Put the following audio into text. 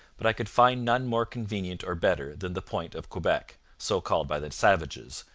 but i could find none more convenient or better than the point of quebec, so called by the savages,